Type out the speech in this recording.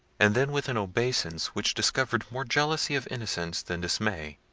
and then with an obeisance, which discovered more jealousy of innocence than dismay,